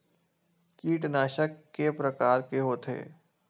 कीटनाशक के प्रकार के होथे?